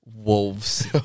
Wolves